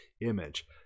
image